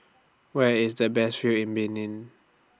Where IS The Best View in Benin